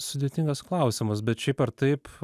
sudėtingas klausimas bet šiaip ar taip